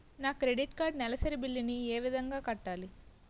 నా credit card నెలసరి bill ని ఏ విధంగా కట్టాలి?